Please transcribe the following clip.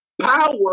Power